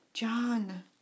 John